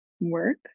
work